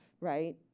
right